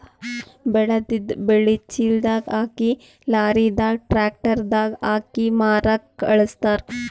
ಬೆಳೆದಿದ್ದ್ ಬೆಳಿ ಚೀಲದಾಗ್ ಹಾಕಿ ಲಾರಿದಾಗ್ ಟ್ರ್ಯಾಕ್ಟರ್ ದಾಗ್ ಹಾಕಿ ಮಾರಕ್ಕ್ ಖಳಸ್ತಾರ್